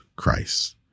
Christ